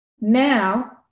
now